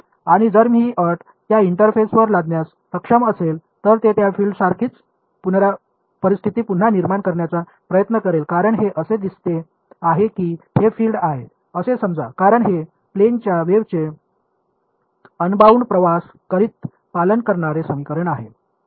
आणि जर मी ही अट त्या इंटरफेसवर लादण्यास सक्षम असेल तर ते त्या फिल्डसारखीच परिस्थिती पुन्हा निर्माण करण्याचा प्रयत्न करेल कारण हे असे दिसते आहे की हे फिल्ड आहे असे समजा कारण हे प्लॅनच्या वेव्हचे अनबाऊंड प्रवास करीत पालन करणारे समीकरण आहे